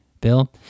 bill